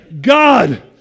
God